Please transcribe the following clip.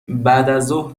بعدازظهر